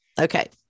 Okay